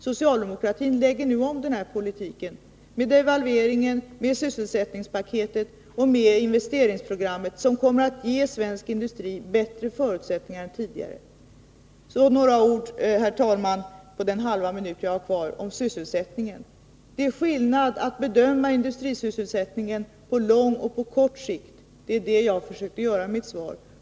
Socialdemokratin lägger nu om denna politik med devalveringen, sysselsättningspaketet och investeringsprogrammet, som kommer att ge svensk industri bättre förutsättningar än tidigare. Herr talman! Så några ord, på den halva minut jag har kvar, om sysselsättningen. Det är skillnad mellan att bedöma industrisysselsättningen på lång sikt och på kort sikt. Det var det jag försökte göra i mitt svar.